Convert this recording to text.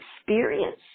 experience